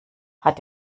hat